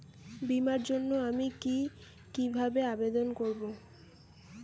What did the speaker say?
বিমার জন্য আমি কি কিভাবে আবেদন করব?